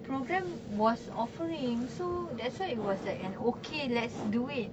programme was offering so that's why it was like an okay let's do it